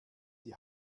die